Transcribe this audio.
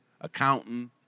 accountant